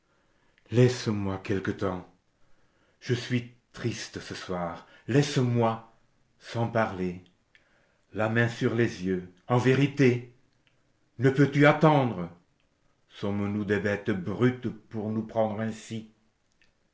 laisse-moi quelque temps je suis triste ce soir laisse-moi sans parler la main sur les yeux en vérité ne peux-tu attendre sommes nous des bêtes brutes pour nous prendre ainsi